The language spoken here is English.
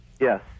Yes